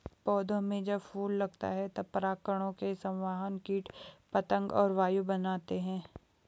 पौधों में जब फूल लगता है तब परागकणों के संवाहक कीट पतंग और वायु बनते हैं